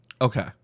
Okay